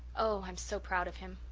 oh, i'm so proud of him!